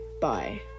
bye